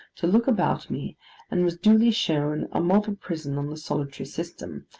to look about me and was duly shown a model prison on the solitary system,